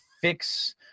fix